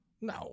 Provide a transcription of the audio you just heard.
No